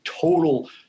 total